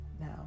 now